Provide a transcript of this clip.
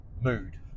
mood